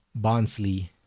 Bonsly